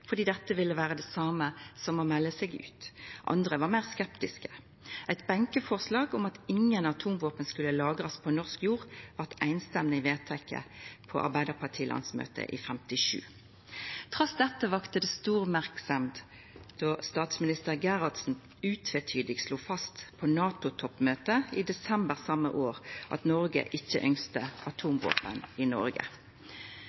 fordi det ville vera det same som å melda seg ut. Andre var meir skeptiske. Eit benkeforslag om at ingen atomvåpen skulle lagrast på norsk jord, blei samrøystes vedteke på Arbeidarparti-landsmøtet i 1957. Trass i dette vekte det stor merksemd då statsminister Gerhardsen utvitydig slo fast på NATO-toppmøtet i desember det same året at Noreg ikkje ynskte